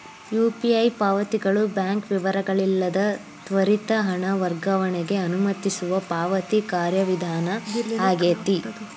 UPI ಪಾವತಿಗಳು bank ವಿವರಗಳಿಲ್ಲದ ತ್ವರಿತ ಹಣ ವರ್ಗಾವಣೆಗ ಅನುಮತಿಸುವ ಪಾವತಿ ಕಾರ್ಯವಿಧಾನ ಆಗೆತಿ